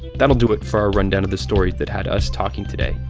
that'll do it for our rundown of the stories that had us talking today.